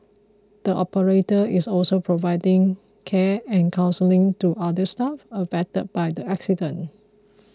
the operator is also providing care and counselling to other staff affected by the accident